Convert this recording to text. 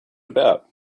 about